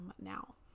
now